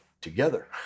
Together